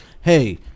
Hey